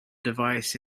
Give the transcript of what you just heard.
device